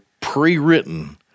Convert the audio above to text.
pre-written